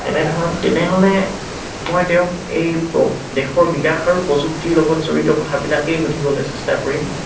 তেনেধৰণ তেনেহ'লে মই তেওঁক প এই দেশৰ বিকাশ আৰু প্ৰযুক্তিৰ লগত জড়িত কথাবিলাকেই সুধিবলৈ চেষ্টা কৰিম